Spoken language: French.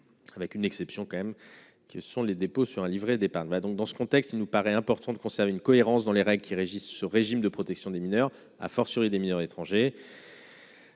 avec une exception quand même qui sont les déposent sur un livret d'épargne va donc dans ce contexte nous paraît important de conserver une cohérence dans les règles qui régissent ce régime de protection des mineurs à fortiori des mineurs étrangers.